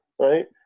Right